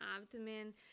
abdomen